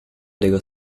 dello